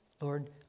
Lord